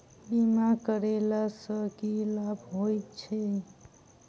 बीमा करैला सअ की लाभ होइत छी?